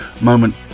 moment